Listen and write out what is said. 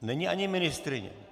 Není ani ministryně.